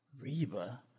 Reba